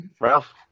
Ralph